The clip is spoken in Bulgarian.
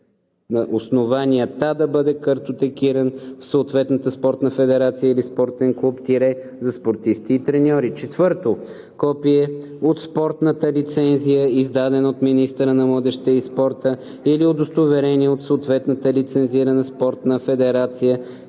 основанията да бъде картотекиран в съответната спортна федерация или спортен клуб – за спортисти и треньори; 4. копие от спортната лицензия, издадена от министъра на младежта и спорта, или удостоверение от съответната лицензирана спортна федерация